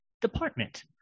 department